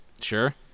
Sure